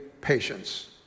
patience